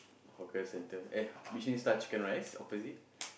hawker center eh Michelin-Star Chicken-Rice opposite